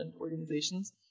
organizations